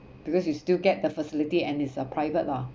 because you still get the facility and is uh private lah